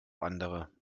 andere